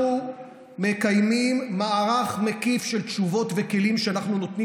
אנחנו מקיימים מערך מקיף של תשובות וכלים שאנחנו נותנים